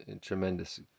tremendous